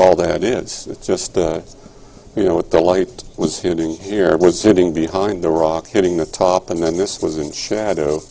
all that is just you know what the light was hitting here was sitting behind the rock hitting the top and then this was in shadow